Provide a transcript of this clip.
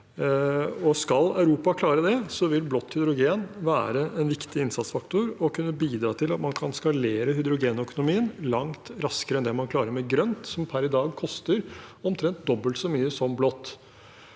Skal Europa klare det, vil blått hydrogen være en viktig innsatsfaktor og kunne bidra til at man kan skalere hydrogenøkonomien langt raskere enn det man klarer med grønt, som per i dag koster omtrent dobbelt så mye som blått.